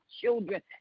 children